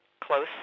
close